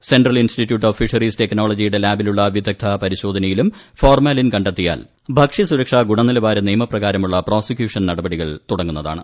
central institute of fisheries ടെക്നോളജിയുടെ ലാബിലുള്ള വിദഗ്ധ പരിശോധനയിലും ഫോർമാ ലിൻ കണ്ടെത്തിയാൽ ഭക്ഷ്യസുരക്ഷാ ഗുണനിലവാര നിയമപ്രകാര മുള്ള പ്രോസിക്യൂഷൻ നടപടികൾ തുടങ്ങുന്നതാണ്